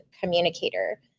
communicator